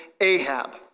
Ahab